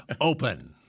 open